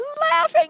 laughing